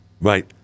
right